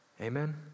Amen